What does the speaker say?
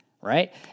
right